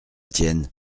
tienne